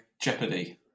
jeopardy